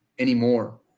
anymore